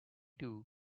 two